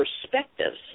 perspectives